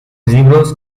libros